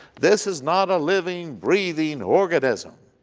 this is not a living, breathing organism